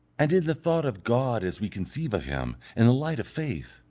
and in the thought of god as we conceive of him in the light of faith,